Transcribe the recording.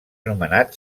nomenat